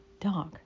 dark